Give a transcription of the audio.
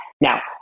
Now